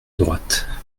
droite